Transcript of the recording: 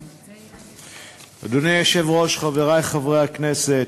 אדוני היושב-ראש, חברי חברי הכנסת,